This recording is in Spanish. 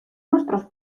nuestros